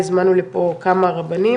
הזמנו לפה כמה רבנים